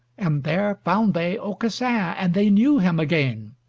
and there found they aucassin, and they knew him again.